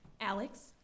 Alex